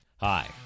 Hi